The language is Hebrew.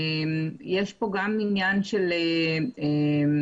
יש פה גם עניין של מקום.